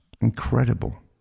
Incredible